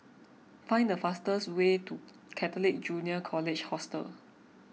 find the fastest way to Catholic Junior College Hostel